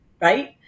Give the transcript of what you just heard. Right